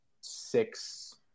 six